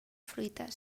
fruita